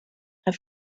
have